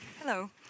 Hello